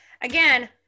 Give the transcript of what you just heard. again